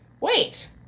wait